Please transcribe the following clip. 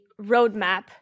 roadmap